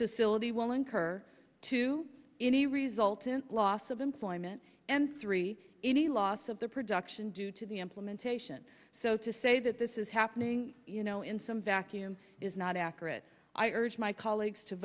facility will incur to any resultant loss of employment and three any loss of the production due to the implementation so to say that this is happening you know in some vacuum is not accurate i urge my colleagues to